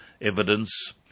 evidence